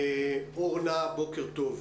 בוקר טוב,